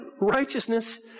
righteousness